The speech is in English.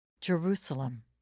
Jerusalem